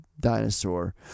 dinosaur